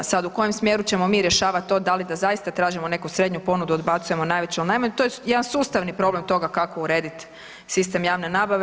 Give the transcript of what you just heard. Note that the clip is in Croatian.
Sada u kojem smjeru ćemo mi rješavati to da li da zaista tražimo neku srednju ponudu, odbacujemo najveću ili najmanju to je jedan sustavni problem toga kako urediti sistem javne nabave.